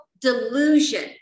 delusion